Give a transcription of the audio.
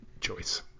choice